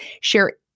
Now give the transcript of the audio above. share